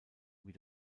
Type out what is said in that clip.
wie